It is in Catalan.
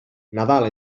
nadal